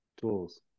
tools